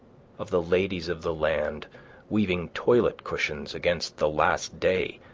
of the ladies of the land weaving toilet cushions against the last day,